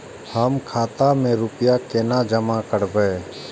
हम खाता में रूपया केना जमा करबे?